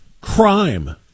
Crime